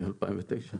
מ-2009.